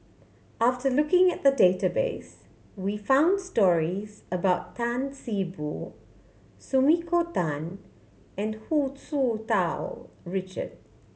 after taking a look at the database we found stories about Tan See Boo Sumiko Tan and Hu Tsu Tau Richard